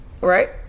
right